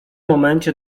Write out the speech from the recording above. momencie